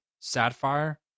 sapphire